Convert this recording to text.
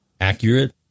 accurate